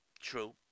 True